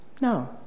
No